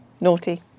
Naughty